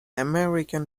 american